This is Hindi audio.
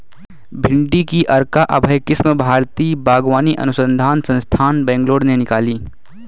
भिंडी की अर्का अभय किस्म भारतीय बागवानी अनुसंधान संस्थान, बैंगलोर ने निकाली